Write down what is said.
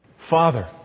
Father